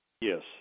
yes